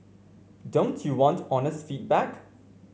don't you want honest feedback